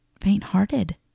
faint-hearted